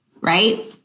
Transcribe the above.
right